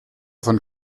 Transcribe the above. von